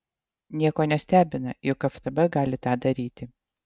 nieko nestebina jog ftb gali tą daryti